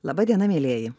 laba diena mielieji